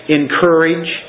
encourage